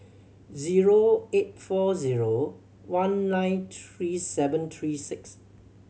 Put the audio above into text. zero eight four zero one nine three seven three six